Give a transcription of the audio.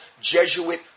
Jesuit